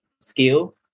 skill